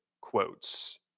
quotes